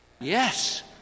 yes